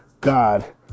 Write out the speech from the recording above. God